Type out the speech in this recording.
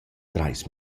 trais